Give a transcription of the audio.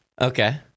Okay